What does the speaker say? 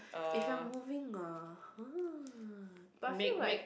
if you are moving ah !huh! but I feel like